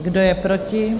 Kdo je proti?